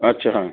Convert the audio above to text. अच्छा हां